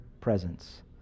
presence